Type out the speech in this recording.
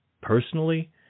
personally